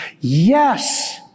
Yes